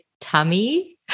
tummy